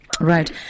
Right